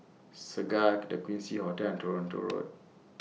Segar The Quincy Hotel and Toronto Road